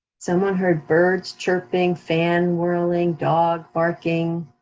someone heard birds chirping, fan whirling, dog barking.